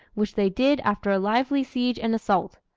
which they did after a lively siege and assault.